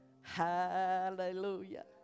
Hallelujah